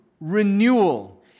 renewal